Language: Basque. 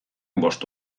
bost